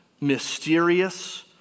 mysterious